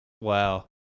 Wow